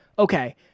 Okay